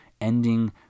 ending